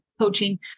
coaching